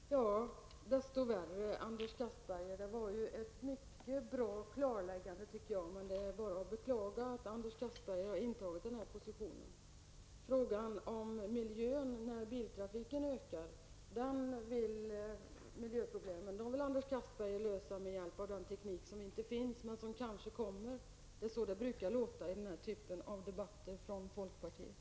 Fru talman! Det är då desto värre, Anders Castberger. Det var ett mycket bra klarläggande, och det är bara att beklaga att Anders Castberger har intagit den här positionen. Frågan om de miljöproblem som uppstår när biltrafiken ökar vill Anders Castberger lösa med hjälp av teknik som inte finns men som kanske kommer. Det är så det brukar låta i den här typen av debatter från folkpartiet.